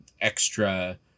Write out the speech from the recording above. extra